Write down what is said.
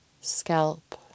scalp